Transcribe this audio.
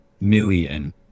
million